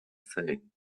saying